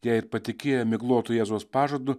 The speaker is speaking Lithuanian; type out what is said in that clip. jei ir patikėję miglotu jėzaus pažadu